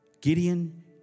Gideon